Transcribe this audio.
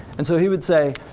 and so he would say,